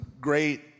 great